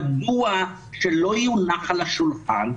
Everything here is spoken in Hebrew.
מדוע שלא יונח על השולחן?